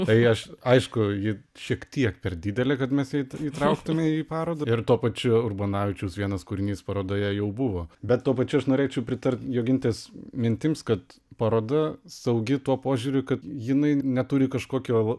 tai aš aišku ji šiek tiek per didelė kad mes ją įtrauktume į parodą ir tuo pačiu urbonavičiaus vienas kūrinys parodoje jau buvo bet tuo pačiu aš norėčiau pritart jogintės mintims kad paroda saugi tuo požiūriu kad jinai neturi kažkokio